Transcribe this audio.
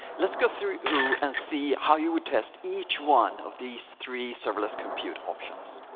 let's go through and see how you would test each one of these three serverless computer options.